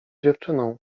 dziewczyną